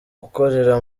gukorera